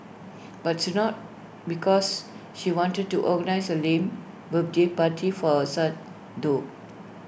but it's not because she wanted to organise A lame birthday party for her son though